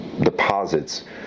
deposits